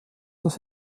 das